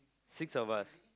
six of us